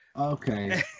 Okay